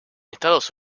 estados